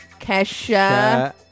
Kesha